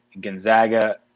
Gonzaga